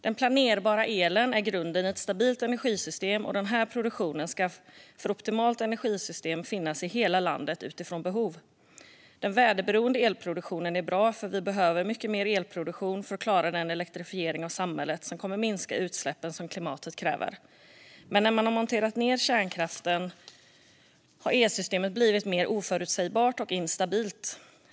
Den planerbara elen är grunden i ett stabilt energisystem, och den produktionen ska i ett optimalt energisystem finnas i hela landet utifrån behov. Den väderberoende elproduktionen är bra, för vi behöver mycket mer elproduktion för att klara den elektrifiering av samhället som kommer att minska utsläppen på det sätt som klimatet kräver. Men när man har monterat ned kärnkraften har elsystemet blivit mer oförutsägbart och instabilt.